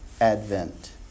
advent